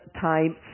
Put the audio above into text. time